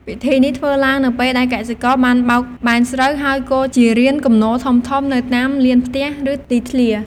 ពិធីនេះធ្វើឡើងនៅពេលដែលកសិករបានបោកបែនស្រូវ ហើយគរជារានគំនរធំៗនៅតាមលានផ្ទះ ឬទីធ្លា។